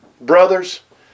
brothers